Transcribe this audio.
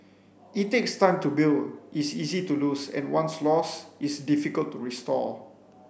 it takes time to build is easy to lose and once lost is difficult to restore